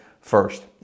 first